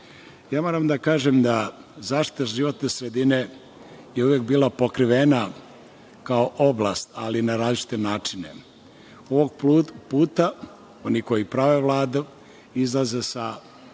Moram da kažem da zaštita životne sredine je uvek bila pokrivena kao oblast, ali na različite načine. Ovog puta oni koji prave Vladu izlaze za